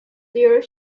there